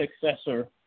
successor